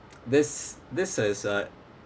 this this is a